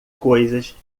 coisas